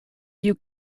you